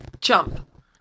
Jump